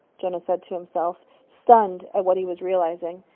jonas said to himself, stunned at what he was realizing.